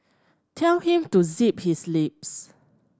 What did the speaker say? tell him to zip his lips